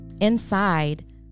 Inside